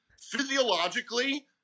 Physiologically